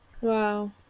wow